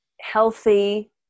healthy